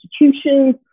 institutions